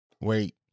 Wait